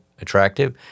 attractive